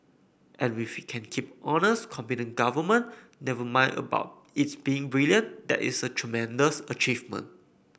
and if we can keep honest competent government never mind about its being brilliant that is a tremendous achievement